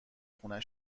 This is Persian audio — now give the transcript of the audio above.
خونه